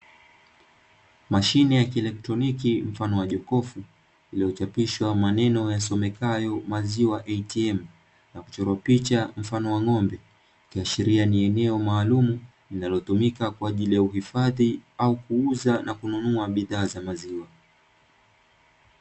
Mashine ya kielektroniki mfano wa jokofu lililochapishwa maneno yasomekayo "Maziwa ATM" na kuchorwa picha mfano wa ng'ombe ikiashiria ni eneo maalumu linalotumika kwa ajili ya uhifadhi au kuuza na kununua bidhaa za maziwa.